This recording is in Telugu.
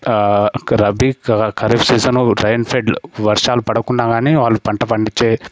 rabi kharif season rain shadow వర్షాలు పడకుండా కానీ వాళ్లు పంట పండిచ్చే